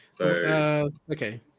Okay